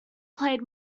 played